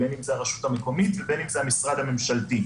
בין אם זה הרשות המקומית ובין אם זה המשרד הממשלתי.